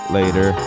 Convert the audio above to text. later